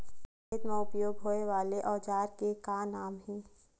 खेत मा उपयोग होए वाले औजार के का नाम हे?